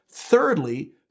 Thirdly